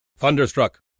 Thunderstruck